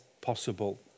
possible